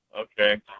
Okay